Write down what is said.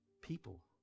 People